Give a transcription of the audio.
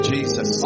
Jesus